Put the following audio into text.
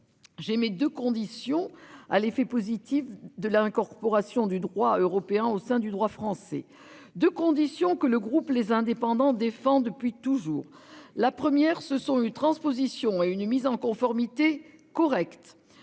J'aimais de conditions à l'effet positif de l'incorporation du droit européen au sein du droit français de conditions que le groupe les indépendants défend depuis toujours. La première, ce sont une transposition et une mise en conformité correct